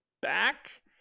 back